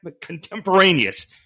contemporaneous